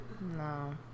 No